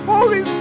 Holy